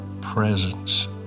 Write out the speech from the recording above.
presence